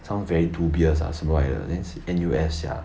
sound very dubious ah 什么来的 then N_U_S sia